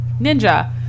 ninja